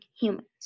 humans